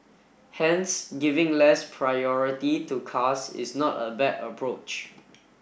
hence giving less priority to cars is not a bad approach